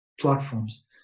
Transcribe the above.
platforms